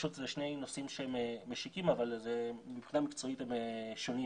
פשוט זה שני נושאים שהם משיקים אבל מבחינה מקצועית הם שונים,